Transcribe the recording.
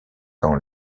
dans